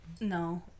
No